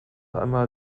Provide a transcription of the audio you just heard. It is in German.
einmal